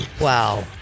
Wow